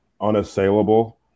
unassailable